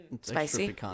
Spicy